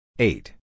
Eight